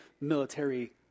military